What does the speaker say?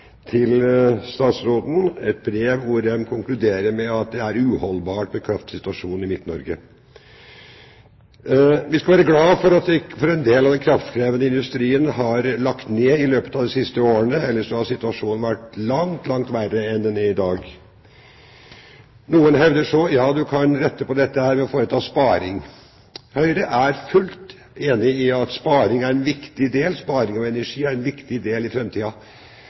et brev til statsråden hvor de konkluderer med at kraftsituasjonen i Midt-Norge er uholdbar. Vi skal være glad for at en del av den kraftkrevende industrien er lagt ned i løpet av de siste årene. Ellers hadde situasjonen vært langt, langt verre enn den er i dag. Noen hevder at man kan rette på dette ved å foreta sparing. Høyre er fullt ut enig i at sparing av energi er en viktig del i framtiden, men vi har ingen tro på at sparing av energi kan avhjelpe kraftsituasjonen i